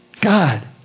God